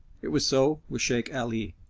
it was so with sheikh ali.